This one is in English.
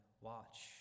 watch